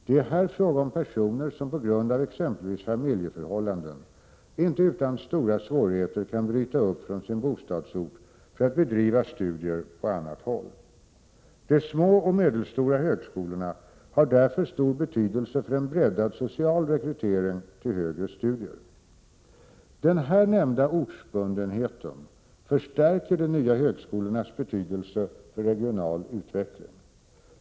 Det är här fråga om personer som på grund av exempelvis familjeförhållanden inte utan stora svårigheter kan bryta upp från sin bostadsort för att bedriva studier på annat håll. De små och medelstora högskolorna har därför stor betydelse för en breddad social rekrytering till högre studier. Den här nämnda ortsbundenheten förstärker de nya högskolornas betydelse för regional utveckling.